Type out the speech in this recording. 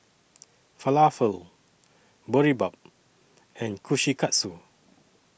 Falafel Boribap and Kushikatsu